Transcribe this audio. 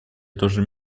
тоже